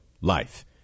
life